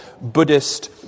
Buddhist